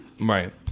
Right